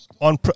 On